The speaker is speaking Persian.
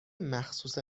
مخصوص